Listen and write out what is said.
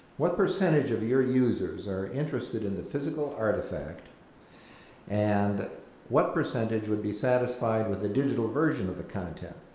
what percentage of your users are interested in the physical artifact and what percentage would be satisfied with the digital version of the content?